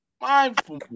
mindful